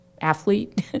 athlete